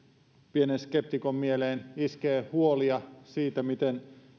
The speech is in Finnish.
pienen skeptikon mieleen iskee huolia siitä miten